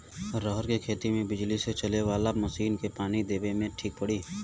रहर के खेती मे बिजली से चले वाला मसीन से पानी देवे मे ठीक पड़ी?